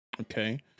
Okay